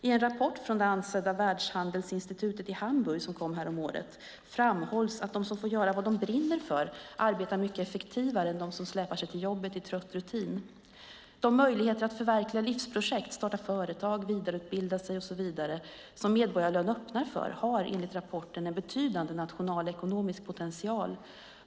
I en rapport från det ansedda världshandelsinstitutet i Hamburg som kom häromåret framhålls att de som får göra vad de brinner för arbetar mycket effektivare än de som släpar sig till jobbet i trött rutin. De möjligheter att förverkliga livsprojekt - att starta företag, vidareutbilda sig och så vidare - som medborgarlön öppnar för, har enligt rapporten en betydande nationalekonomisk potential.